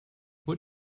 what